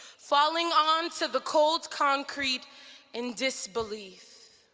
falling onto the cold concrete in disbelief.